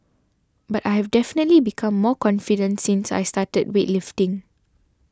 but I have definitely become more confident since I started weightlifting